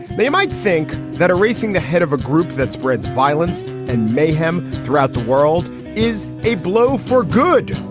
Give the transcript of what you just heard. they might think that a racing the head of a group that spreads violence and mayhem throughout the world is a blow for good.